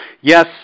yes